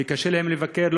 וקשה להם לבקר,